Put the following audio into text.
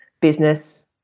business